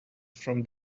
from